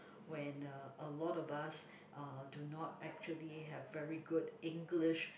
when uh a lot of us uh do not actually have very good English